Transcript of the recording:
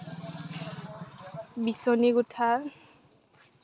বিছনী গুঠা